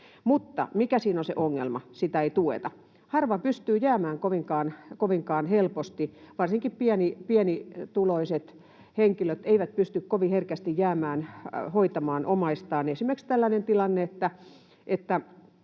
Mutta mikä siinä on se ongelma? Sitä ei tueta. Harva pystyy jäämään kovinkaan helposti. Varsinkaan pienituloiset henkilöt eivät pysty kovin herkästi jäämään hoitamaan omaistaan. Esimerkiksi tällainen tilanne, että